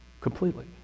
completely